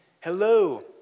hello